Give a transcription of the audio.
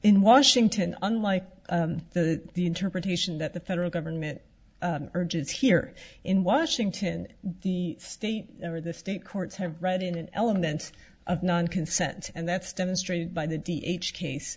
in washington unlike the the interpretation that the federal government urges here in washington the state or the state courts have right in an element of non consent and that's demonstrated by the d h case